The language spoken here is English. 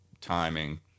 timing